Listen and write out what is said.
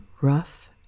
Rough